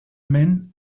men